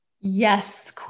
Yes